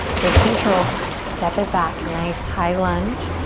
with control step it back nice high lunge.